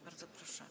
Bardzo proszę.